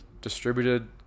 distributed